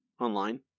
online